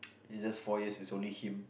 it's just four years it's only him